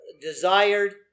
desired